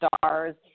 stars